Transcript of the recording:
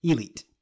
Elite